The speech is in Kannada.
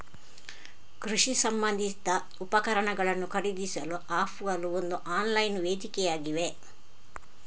ಕೃಷಿ ಸಂಬಂಧಿತ ಉಪಕರಣಗಳನ್ನು ಖರೀದಿಸಲು ಆಪ್ ಗಳು ಒಂದು ಆನ್ಲೈನ್ ವೇದಿಕೆಯಾಗಿವೆ